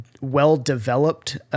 well-developed